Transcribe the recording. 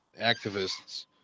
activists